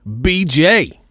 BJ